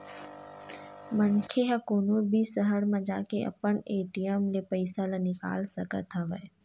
मनखे ह कोनो भी सहर म जाके अपन ए.टी.एम ले पइसा ल निकाल सकत हवय